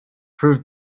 proved